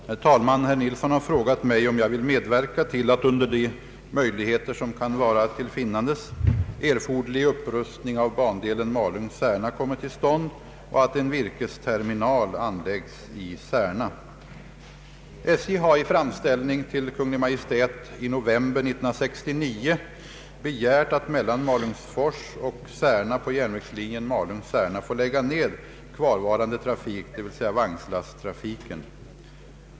Herr talman! Herr Nils Nilsson har frågat mig om jag vill medverka till att — under de möjligheter som kan vara till finnandes — erforderlig upprustning av bandelen Malung—Särna kommer till stånd och att en virkesterminal anläggs i Särna. jen Malung—Särna få lägga ned kvarvarande trafik, d.v.s. vagnslasttrafiken.